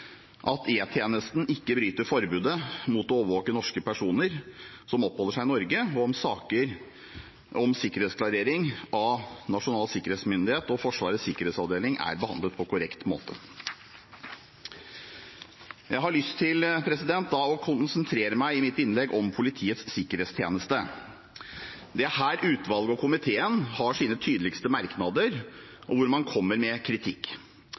at E-tjenesten ikke bryter forbudet mot å overvåke norske personer som oppholder seg i Norge, og om saker om sikkerhetsklarering av Nasjonal sikkerhetsmyndighet og Forsvarets sikkerhetsavdeling er behandlet på korrekt måte. Jeg har i mitt innlegg lyst til å konsentrere meg om Politiets sikkerhetstjeneste. Det er her utvalget og komiteen har sine tydeligste merknader, og hvor man kommer med kritikk.